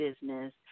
business